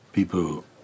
People